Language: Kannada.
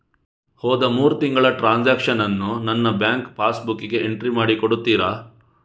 ಹೋದ ಮೂರು ತಿಂಗಳ ಟ್ರಾನ್ಸಾಕ್ಷನನ್ನು ನನ್ನ ಬ್ಯಾಂಕ್ ಪಾಸ್ ಬುಕ್ಕಿಗೆ ಎಂಟ್ರಿ ಮಾಡಿ ಕೊಡುತ್ತೀರಾ?